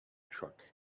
truck